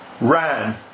Ran